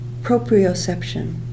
proprioception